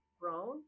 grown